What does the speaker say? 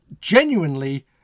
genuinely